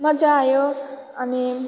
मजा आयो अनि